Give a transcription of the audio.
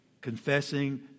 confessing